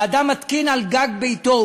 ואדם מתקין על גג ביתו,